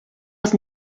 was